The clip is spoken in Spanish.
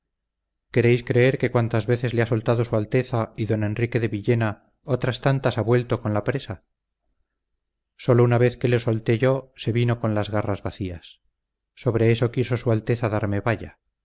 queréis creer que cuantas veces le ha soltado su alteza y don enrique de villena otras tantas ha vuelto con la presa sólo una vez que le solté yo se vino con las garras vacías sobre eso quiso su alteza darme vaya